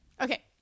Okay